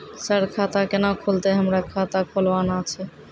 Sir खाता केना खुलतै, हमरा खाता खोलवाना छै?